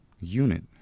unit